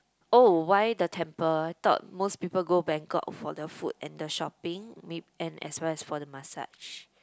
oh why the temple thought most people go Bangkok for the food and the shopping may~ and as well as for the massage